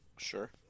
sure